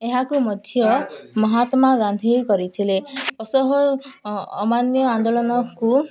ଏହାକୁ ମଧ୍ୟ ମହାତ୍ମାଗାନ୍ଧୀ କରିଥିଲେ ଅସହ ଅମାନ୍ୟ ଆନ୍ଦୋଳନକୁ